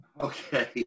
Okay